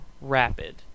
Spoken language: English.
rapid